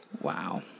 Wow